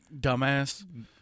Dumbass